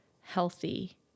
healthy